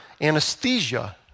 anesthesia